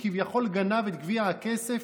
שכביכול גנב את גביע הכסף?